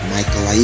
Michael